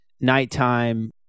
Nighttime